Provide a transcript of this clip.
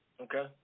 Okay